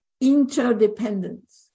interdependence